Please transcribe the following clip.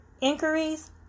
inquiries